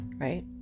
right